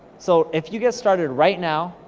so, if you get started right now,